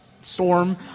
storm